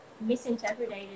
misinterpreted